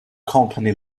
company